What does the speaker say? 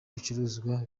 bicuruzwa